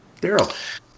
Daryl